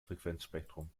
frequenzspektrum